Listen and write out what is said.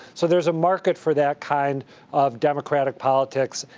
so there's a market for that kind of democratic politics.